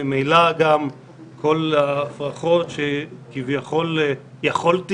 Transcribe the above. ממילא גם כל ההפרכות שכביכול יכולתי